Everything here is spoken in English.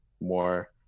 more